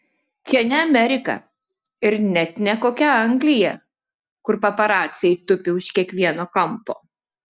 čia ne amerika ir net ne kokia anglija kur paparaciai tupi už kiekvieno kampo